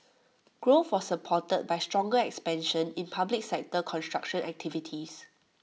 growth was supported by stronger expansion in public sector construction activities